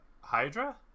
Hydra